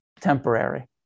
temporary